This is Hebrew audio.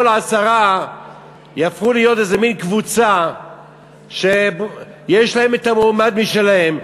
ולא כל עשרה יהפכו להיות איזה מין קבוצה שיש להם מועמד משלהם,